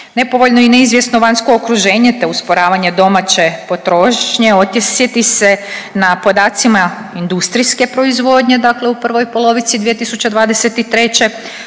Nepovoljno i neizvjesno vanjsko okruženje te usporavanje domaće potrošnje osjeti se na podacima industrijske proizvodnje dakle u prvoj polovici 2023..